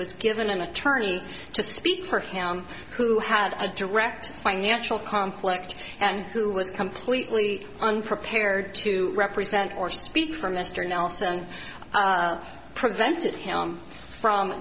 was given an attorney to speak for him who had a direct financial conflict and who was completely unprepared to represent or speak for mr nelson and prevented him from